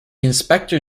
inspector